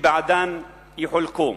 שבעדן יחולקו.